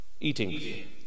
Eating